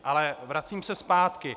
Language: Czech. Ale vracím se zpátky.